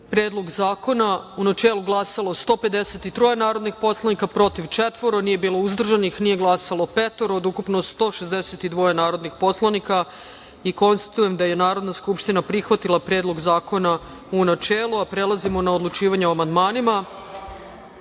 Predlog zakona u načelu glasalo 153 narodnih poslanika, protiv – četvoro, nije bilo uzdržanih, nije glasalo petoro od ukupno 162 narodnih poslanika. Konstatujem da je Narodna skupština prihvatila Predlog zakona, u načelu. Prelazimo na odlučivanje o amandmanima. Na